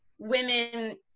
women